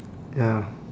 ya